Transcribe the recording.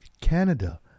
canada